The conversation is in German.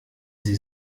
sie